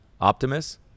optimus